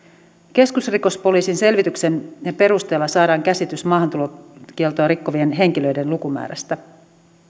keskusrikospoliisin selvityksen perusteella saadaan käsitys maahantulokieltoa rikkovien henkilöiden lukumääristä